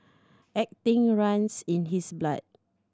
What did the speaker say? acting runs in his blood